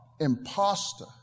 imposter